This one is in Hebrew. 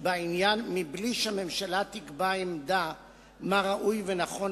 בעניין זה בלי שהממשלה תקבע עמדה מה ראוי ונכון